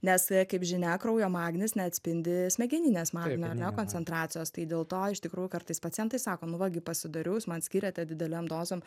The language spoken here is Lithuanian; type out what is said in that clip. nes kaip žinia kraujo magnis neatspindi smegeninės magnio ane koncentracijos tai dėl to iš tikrųjų kartais pacientai sako nu va gi pasidariau jūs man skyrėte didelėm dozėm